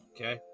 Okay